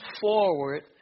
forward